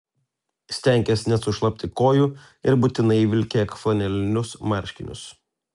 stenkis nesušlapti kojų ir būtinai vilkėk flanelinius marškinius